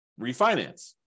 refinance